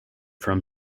from